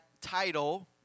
title